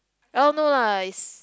orh no lah it's